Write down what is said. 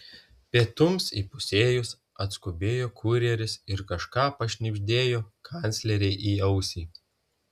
pietums įpusėjus atskubėjo kurjeris ir kažką pašnibždėjo kanclerei į ausį